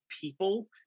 people